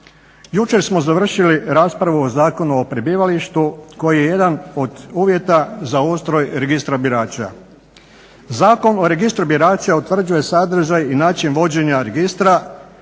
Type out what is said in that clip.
Jučer smo završili raspravu o Zakonu o prebivalištu koji je jedan od uvjeta za ustroj registra birača. Zakon o registru birača utvrđuje sadržaj i način vođenja registra